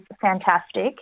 fantastic